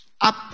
Up